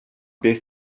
beth